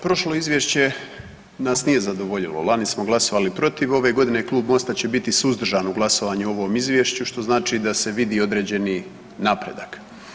Prošlo izvješće nas nije zadovoljilo, lani smo glasovali protiv, ove godine klub Mosta će biti suzdržan u glasovanju o ovom izvješću što znači da se vidi određeni napredak.